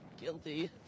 Guilty